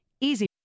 Easy